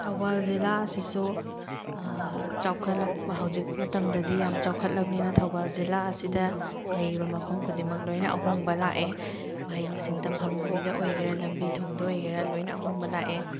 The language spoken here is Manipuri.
ꯊꯧꯕꯥꯜ ꯖꯤꯜꯂꯥ ꯑꯁꯤꯁꯨ ꯆꯥꯎꯈꯠꯂꯛ ꯍꯧꯖꯤꯛ ꯃꯇꯃꯗꯗꯤ ꯌꯥꯝ ꯆꯥꯎꯈꯠꯂꯕꯅꯤꯅ ꯊꯧꯕꯥꯜ ꯖꯤꯜꯂꯥ ꯑꯁꯤꯗ ꯂꯩꯔꯤꯕ ꯃꯐꯝ ꯈꯨꯗꯤꯡꯃꯛ ꯂꯣꯏꯅ ꯑꯍꯣꯡꯕ ꯂꯥꯛꯑꯦ ꯃꯍꯩ ꯃꯁꯤꯡ ꯇꯝꯐꯝꯒꯤꯗ ꯑꯣꯏꯒꯦꯔꯥ ꯂꯝꯕꯤ ꯊꯣꯡꯗ ꯑꯣꯏꯒꯦꯔꯥ ꯂꯣꯏꯅ ꯑꯍꯣꯡꯕ ꯂꯥꯛꯑꯦ